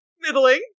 Middling